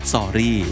Sorry